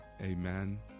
Amen